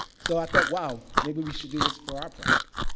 so, i thought, wow, maybe we should do this for our projects.